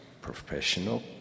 professional